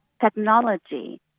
technology